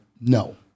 No